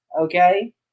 okay